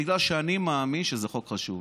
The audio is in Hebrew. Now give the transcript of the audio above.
בגלל שאני מאמין שזה חוק חשוב.